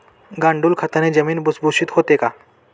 गांडूळ खताने जमीन भुसभुशीत होते का?